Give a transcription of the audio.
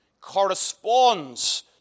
corresponds